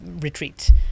retreat